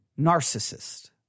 narcissist